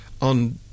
On